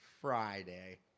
Friday